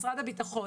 משרד הביטחון,